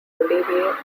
olivier